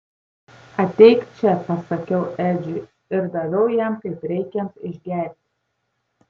ateik čia pasakiau edžiui ir daviau jam kaip reikiant išgerti